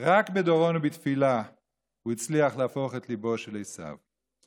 רק בדורון ובתפילה הוא הצליח להפוך את ליבו של עשו.